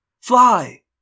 Fly